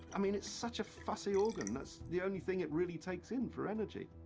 i mean, it's such a fussy organ. that's the only thing it really takes in for energy.